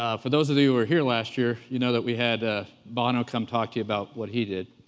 ah for those of you that were here last year, you know that we had ah bono come talk to you about what he did.